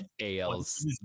AL's